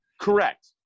Correct